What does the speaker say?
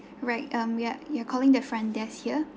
right um yup you're calling the front desk here